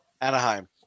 Anaheim